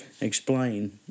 Explain